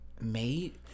Mate